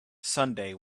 sunday